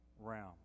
realm